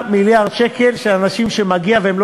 היו אכן אמיתיים,